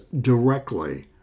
directly